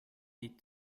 die